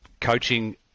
coaching